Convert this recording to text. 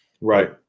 Right